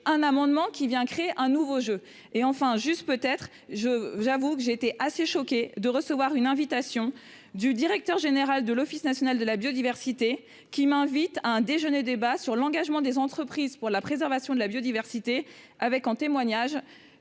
un amendement qui vient créer un nouveau jeu et enfin juste peut être je j'avoue que j'étais assez choqué de recevoir une invitation du directeur général de l'Office national de la biodiversité qui m'invitent à un déjeuner débat sur l'engagement des entreprises pour la préservation de la biodiversité avec un témoignage